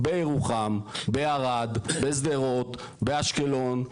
בירוחם, בערד, בשדרות, באשקלון.